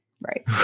right